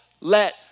let